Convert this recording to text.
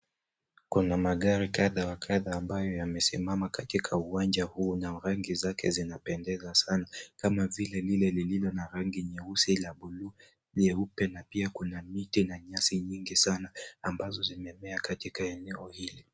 Kuna magari kadha wa kadha ambayo yamesimama katika uwanja huo na rangi zake zinapendeza sana kama vile lile lililo na rangi nyeusi, ya bluu nyeupe na pia kuna miti na nyasi nyingi sana ambazo zimemea katika eneo hili.